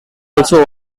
also